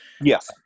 Yes